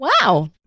wow